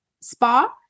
spa